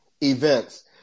events